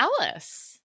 Alice